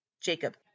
Jacob